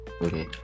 okay